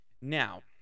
Now